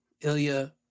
Ilya